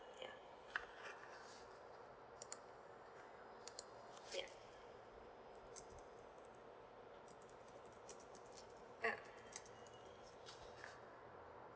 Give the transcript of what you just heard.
ya ya ya